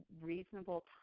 reasonable